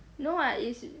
no what it's like